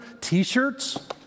t-shirts